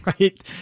Right